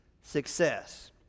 success